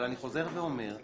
אבל אני חוזר ואומר,